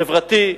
חברתי,